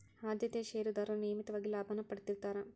ಆದ್ಯತೆಯ ಷೇರದಾರರು ನಿಯಮಿತವಾಗಿ ಲಾಭಾನ ಪಡೇತಿರ್ತ್ತಾರಾ